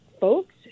folks